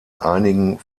einigen